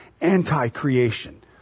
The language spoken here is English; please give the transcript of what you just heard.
anti-creation